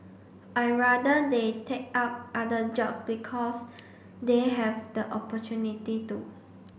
I'd rather they take up other job because they have the opportunity to